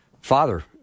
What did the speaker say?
Father